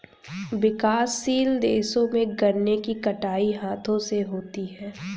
विकासशील देशों में गन्ने की कटाई हाथों से होती है